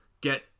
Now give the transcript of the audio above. get